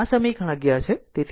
આ સમીકરણ 11 છે